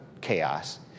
chaos